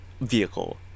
vehicle